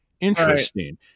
Interesting